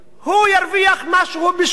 הוא ירוויח משהו בשוליים,